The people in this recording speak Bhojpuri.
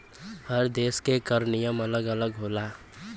हर देस में कर नियम अलग अलग होला